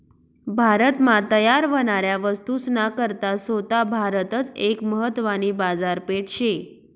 भारत मा तयार व्हनाऱ्या वस्तूस ना करता सोता भारतच एक महत्वानी बाजारपेठ शे